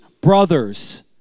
brothers